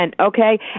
Okay